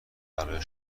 برای